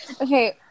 Okay